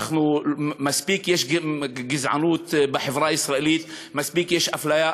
יש מספיק גזענות בחברה הישראלית, יש מספיק אפליה.